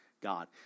God